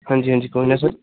ਹਾਂਜੀ ਹਾਂਜੀ ਕੋਈ ਨਾ ਸਰ